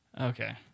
Okay